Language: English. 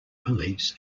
police